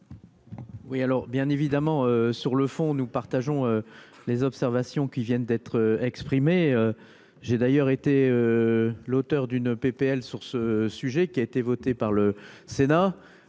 Oui alors bien évidemment sur le fond, nous partageons les observations qui viennent d'être exprimées, j'ai d'ailleurs été l'auteur d'une PPL sur ce sujet qui a été votée par le Sénat,